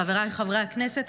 חבריי חברי הכנסת,